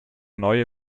neue